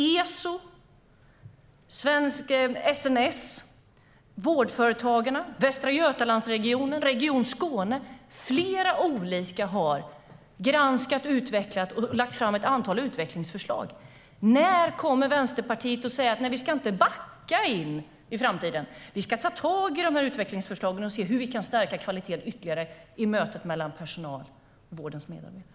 ESO, SNS, Vårdföretagarna, Västra Götalandsregionen och Region Skåne - det är flera olika - har granskat och lagt fram ett antal utvecklingsförslag. Jag undrar när Vänsterpartiet kommer att säga: Nej, vi ska inte backa in i framtiden. Vi ska ta tag i de här utvecklingsförslagen och se hur vi kan stärka kvaliteten ytterligare i mötet mellan patienten och vårdens medarbetare.